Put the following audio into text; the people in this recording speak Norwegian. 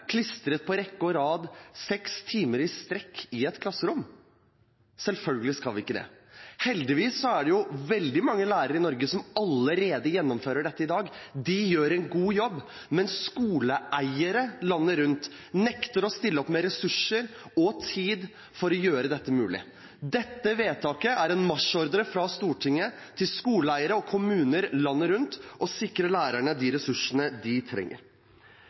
klistret på rekke og rad, seks timer i strekk i et klasserom? Selvfølgelig skal vi ikke det. Heldigvis er det veldig mange lærere i Norge som allerede gjennomfører dette i dag. De gjør en god jobb, men skoleeiere landet rundt nekter å stille opp med ressurser og tid for å gjøre dette mulig. Dette vedtaket er en marsjordre fra Stortinget til skoleeiere og kommuner landet rundt om å sikre lærerne de ressursene de trenger.